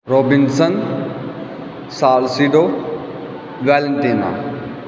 Robinson Salcedo Valentina